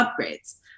upgrades